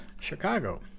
Chicago